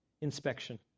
Inspection